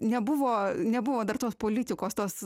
nebuvo nebuvo dar tos politikos tos